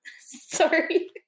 sorry